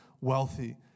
wealthy